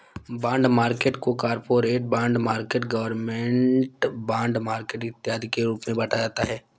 bond market को corporate bond market government bond market इत्यादि के रूप में बांटा जाता है